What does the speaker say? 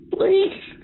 Please